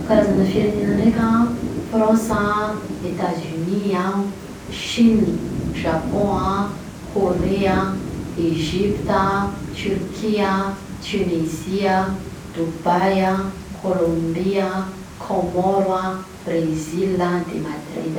Karazana firenena ndreka a France a, Etats-Unis a, Chine, Japon a, Kore a, Egypte a, Turkia a, Tunisie a, Dubai a, Colombie a, Comore a, Brezil a, de Madrid a.